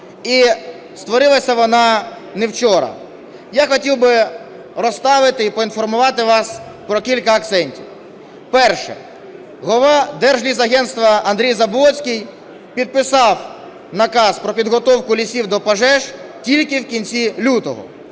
і створилася вона не вчора. Я хотів би розставити і поінформувати вас про кілька акцентів. Перше: голова Держлісагентства Андрій Заблоцький підписав наказ про підготовку лісів до пожеж тільки в кінці лютого,